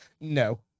no